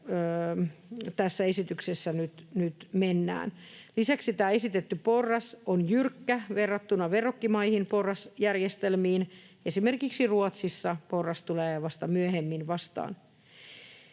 tässä esityksessä nyt mennään. Lisäksi tämä esitetty porras on jyrkkä verrattuna verrokkimaiden porrasjärjestelmiin, esimerkiksi Ruotsissa porras tulee vasta myöhemmin vastaan.